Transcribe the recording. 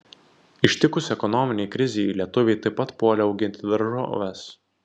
ištikus ekonominei krizei lietuviai taip pat puolė auginti daržoves